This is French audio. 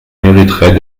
mériterait